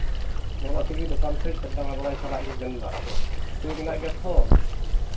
ᱚᱱᱮ ᱚᱱᱟ ᱛᱮᱜᱮ ᱫᱚᱠᱟᱱ ᱥᱮᱫ ᱫᱟᱬᱟ ᱵᱟᱲᱟᱭ ᱪᱟᱞᱟᱜ ᱤᱧ ᱢᱮᱱ ᱮᱫᱟ ᱟᱫᱚ ᱤᱛᱟᱹ ᱢᱮᱱᱟᱜ ᱜᱮᱭᱟ ᱛᱚ